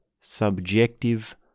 subjective